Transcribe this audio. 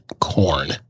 corn